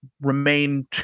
remain